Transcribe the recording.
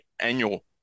annual